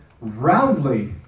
roundly